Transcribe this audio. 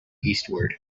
eastward